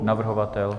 Navrhovatel?